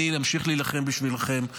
אמשיך להילחם בשבילכם.